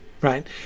right